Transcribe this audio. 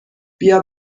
بیا